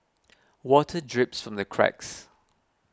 water drips the cracks